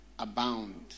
Abound